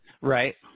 Right